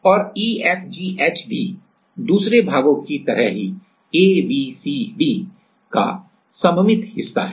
और E F G H भी दूसरे भागों की तरह की a b c d का सममित हिस्सा है